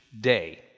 day